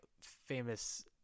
famous